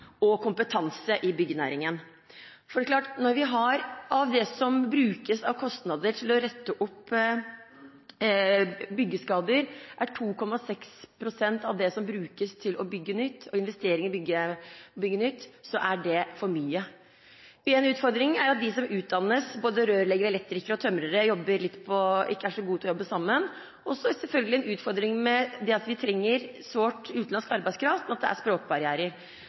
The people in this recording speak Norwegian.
og kompetanse i byggenæringen. Når kostnadene for å rette opp byggskader er 2,6 pst. av det som brukes til å investere i å bygge nytt, så er det for mye. En utfordring er at de som utdannes – både rørleggere, elektrikere og tømrere – ikke er så gode til å jobbe sammen. Og så er det selvfølgelig en utfordring at vi sårt trenger utenlandsk arbeidskraft, men her er det språkbarrierer. Så det å klare å møte utfordringene med byggefeil er